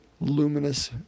luminous